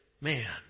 man